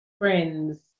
friends